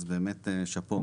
אז באמת שאפו,